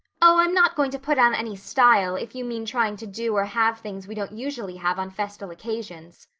oh, i'm not going to put on any style, if you mean trying to do or have things we don't usually have on festal occasions,